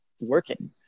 working